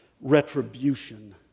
retribution